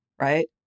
Right